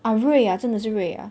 oh 睿啊真的是睿啊